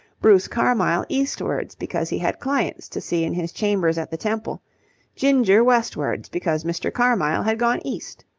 bruce carmyle eastwards because he had clients to see in his chambers at the temple ginger westwards because mr. carmyle had gone east.